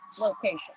location